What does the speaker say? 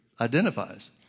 identifies